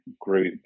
group